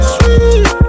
Sweet